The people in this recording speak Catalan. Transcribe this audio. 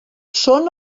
són